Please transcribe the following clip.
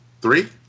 three